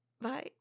Bye